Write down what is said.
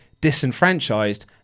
disenfranchised